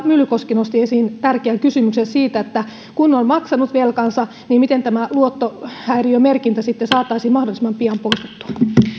myllykoski nosti esiin tärkeän kysymyksen siitä että kun on maksanut velkansa miten tämä luottohäiriömerkintä sitten saataisiin mahdollisimman pian poistettua